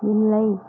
இல்லை